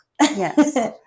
Yes